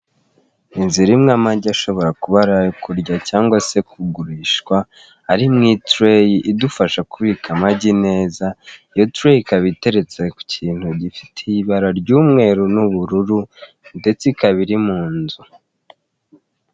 Inzu irimo amagi ashobora kuba ari ayo kurya cyangwa se kugurishwa ari mu itereyi idufasha kubika amagi neza iyo tereyi ikaba itereretse ku kintu gifite ibara ry'umweru n'ubururu ndetse ikaba iri mu nzu.